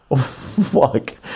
fuck